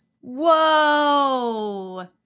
Whoa